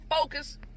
focus